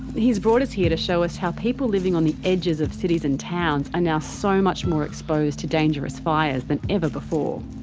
he's brought us here to show us how people living on the edges of cities and towns are now so much more exposed to dangerous fires than ever before.